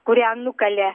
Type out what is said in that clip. kurią nukalė